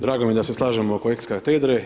Drago mi je da se slažemo oko ex katedre.